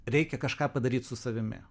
reikia kažką padaryt su savimi